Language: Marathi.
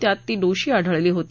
त्यात ती दोषी आढळली होती